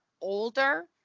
older